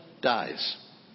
dies